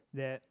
that